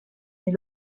mais